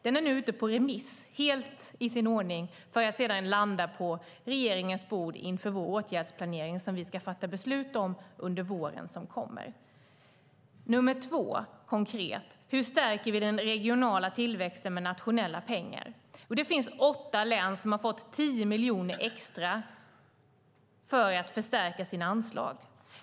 Det är nu ute på remiss, helt i sin ordning, för att sedan landa på regeringens bord inför vår åtgärdsplanering som vi ska fatta beslut om under våren som kommer. Nummer två, konkret, gäller: Hur stärker vi den regionala tillväxten med nationella pengar? Jo, det finns åtta län som har fått 10 miljoner extra för att förstärka sina anslag.